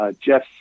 Jeff